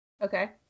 Okay